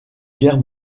guerre